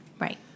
Right